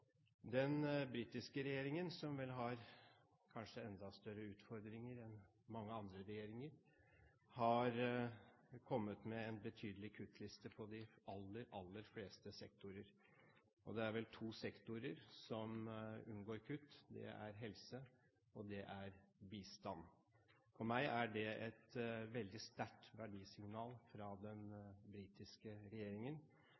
Den britiske regjeringen, som vel har enda større utfordringer enn mange andre regjeringer, har kommet med en betydelig kuttliste på de aller, aller fleste sektorer. Det er vel to sektorer som unngår kutt. Det er helse, og det er bistand. For meg er det et veldig sterkt verdisignal fra den